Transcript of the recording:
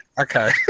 okay